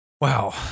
Wow